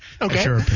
Okay